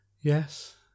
yes